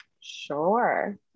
Sure